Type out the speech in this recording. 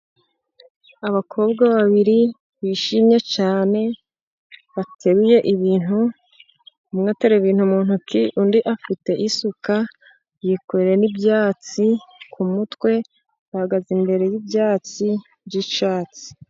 Abakobwa babiri bishimye cyane bateruye ibintu, umwe ateruye ibintu mu ntoki, undi afite isuka yikoreye n'ibyatsi ku mutwe, ahagaze imbere y'ibyatsi by'icyatsi.